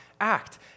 act